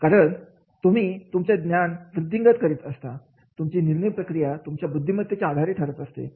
आहे कारण तुम्ही तुमचे ज्ञान वृद्धिंगत करीत असता तुमची निर्णय प्रक्रिया तुमच्या बुद्धिमत्तेच्या आधारे ठरत असते